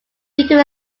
beetle